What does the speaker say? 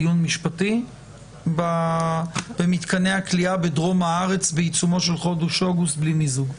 דיון משפטי במתקני הכליאה בדרום הארץ בעיצומו של חודש אוגוסט בלי מיזוג.